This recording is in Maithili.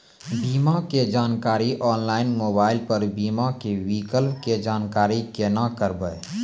बीमा के जानकारी ऑनलाइन मोबाइल पर बीमा के विकल्प के जानकारी केना करभै?